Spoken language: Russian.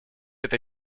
это